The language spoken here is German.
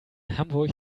hamburg